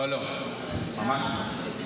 לא, לא, ממש לא.